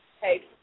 Hey